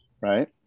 right